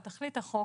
על תכלית החוק,